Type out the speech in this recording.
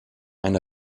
eine